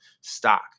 stock